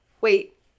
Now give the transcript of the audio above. Wait